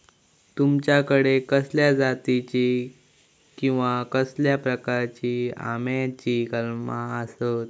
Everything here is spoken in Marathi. तुमच्याकडे कसल्या जातीची किवा कसल्या प्रकाराची आम्याची कलमा आसत?